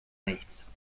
nichts